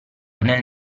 nel